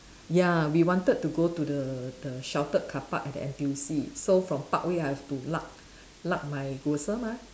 ya we wanted to go to the the sheltered car park at the N_T_U_C so from parkway I have to lug lug my grocer mah